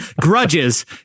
grudges